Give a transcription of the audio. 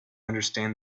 understand